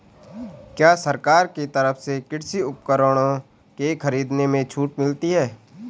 क्या सरकार की तरफ से कृषि उपकरणों के खरीदने में छूट मिलती है?